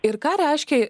ir ką reiškia